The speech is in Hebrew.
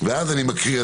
ואז אני מקריא,